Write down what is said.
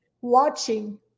watching